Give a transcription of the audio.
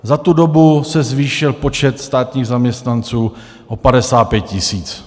Za tu dobu se zvýšil počet státních zaměstnanců o 55 tisíc.